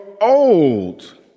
old